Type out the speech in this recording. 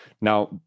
Now